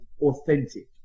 authentic